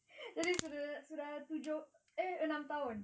jadi sudah sudah tujuh eh enam tahun